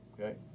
okay